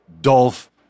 Dolph